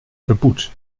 beboet